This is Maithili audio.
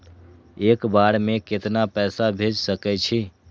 एक बार में केतना पैसा भेज सके छी?